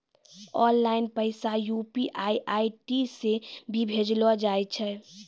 online पैसा UPI ID से भी भेजलो जाय छै